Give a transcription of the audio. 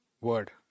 word